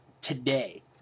today